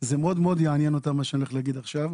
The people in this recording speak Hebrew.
זה מאוד יעניין אותה מה שאני הולך להגיד עכשיו.